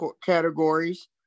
categories